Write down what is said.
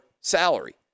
salary